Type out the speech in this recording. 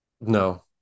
No